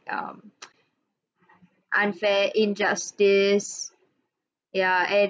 um unfair injustice ya and